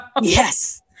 Yes